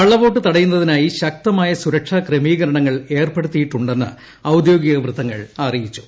കള്ളവോട്ട് തടയുന്നതിനായി ശക്തമായ സുരക്ഷാക്രമീകരണങ്ങൾ ഏർപ്പെടുത്തിയിട്ടുണ്ടെന്ന് ഔദ്യോഗിക വൃത്തങ്ങൾ അറിയിച്ചു